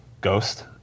Ghost